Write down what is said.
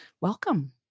welcome